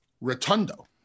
Rotundo